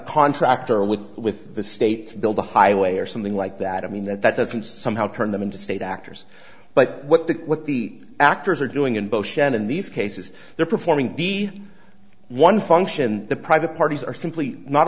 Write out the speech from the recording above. contractor with with the state build a highway or something like that i mean that doesn't somehow turn them into state actors but what the what the actors are doing and beauchesne in these cases they're performing be one function the private parties are simply not